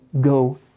go